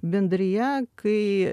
bendrija kai